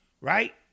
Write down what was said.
Right